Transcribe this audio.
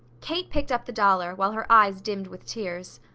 kate picked up the dollar, while her eyes dimmed with tears.